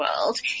world